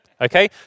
okay